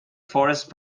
forest